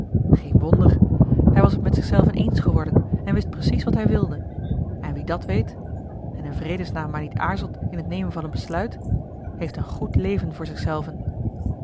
geen wonder hij was het met zichzelven eens geworden en wist precies wat hij wilde en wie dat weet en in vredesnaam maar niet aarzelt in t nemen van een besluit heeft een goed leven voor zichzelven